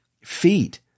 Feet